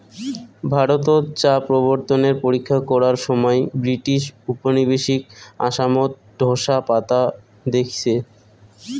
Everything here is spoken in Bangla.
ভারতত চা প্রবর্তনের পরীক্ষা করার সমাই ব্রিটিশ উপনিবেশিক আসামত ঢোসা পাতা দেইখছে